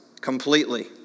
completely